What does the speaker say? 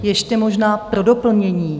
Ještě možná pro doplnění.